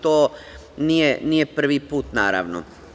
To nije prvi put, naravno.